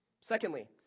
Secondly